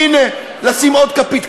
הנה, נשים עוד כפית.